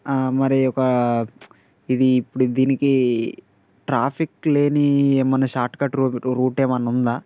మరి ఒక ఇది ఇప్పుడు దీనికి ట్రాఫిక్ లేని ఏమన్నా షార్ట్కట్ రూ రూట్ ఏమన్నా ఉందా